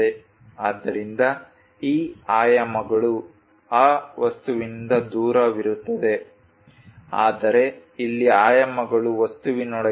ಆದ್ದರಿಂದ ಈ ಆಯಾಮಗಳು ಆ ವಸ್ತುವಿನಿಂದ ದೂರವಿರುತ್ತವೆ ಆದರೆ ಇಲ್ಲಿ ಆಯಾಮಗಳು ವಸ್ತುವಿನೊಳಗೆ ಇರುತ್ತವೆ